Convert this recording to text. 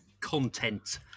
Content